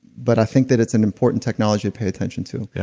but i think that it's an important technology to pay attention to yeah,